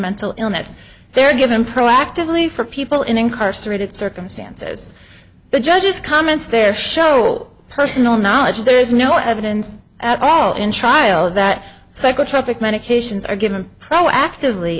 mental illness they are given proactively for people in incarcerated circumstances the judge's comments there show personal knowledge there is no evidence at all in trial that psychotropic medications are given proactively